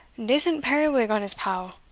decent periwig on his pow.